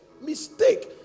Mistake